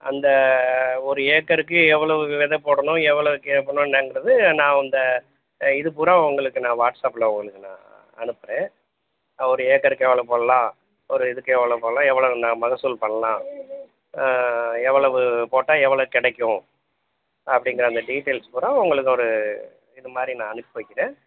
அந்த ஒரு ஏக்கருக்கு எவ்வளோவு விதை போடணும் எவ்வளோ கேட்கணும் என்னானுங்கிறது நான் அந்த இது பூரா உங்களுக்கு நான் வாட்ஸ்அப்பில் உங்களுக்கு நான் அனுப்புகிறேன் ஒரு ஏக்கருக்கு எவ்வளோ போடலாம் ஒரு இதுக்கு எவ்வளோ போடலாம் எவ்வளவு ந மகசூல் பண்ணலாம் எவ்வளவு போட்டால் எவ்வளோ கிடைக்கும் அப்படிங்கற அந்த டீட்டெயில்ஸ் பூரா உங்களுக்கு ஒரு இது மாதிரி நான் அனுப்பி வைக்கிறேன்